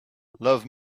love